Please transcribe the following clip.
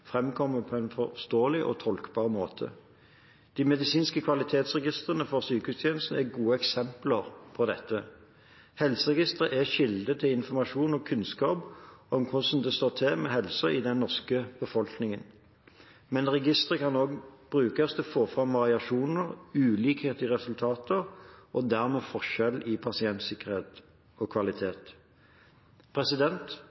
på en forståelig og tolkbar måte. De medisinske kvalitetsregistre for sykehustjenester er gode eksempler på dette. Helseregistre er kilder til informasjon og kunnskap om hvordan det står til med helsa i den norske befolkningen. Men registre kan også brukes til å få fram variasjoner og ulikhet i resultater og dermed forskjeller i pasientsikkerhet og